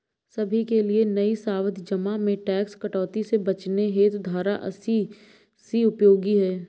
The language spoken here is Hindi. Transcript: सभी के लिए नई सावधि जमा में टैक्स कटौती से बचने हेतु धारा अस्सी सी उपयोगी है